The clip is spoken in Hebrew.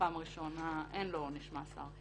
שבפעם הראשונה אין לו עונש מאסר.